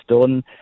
done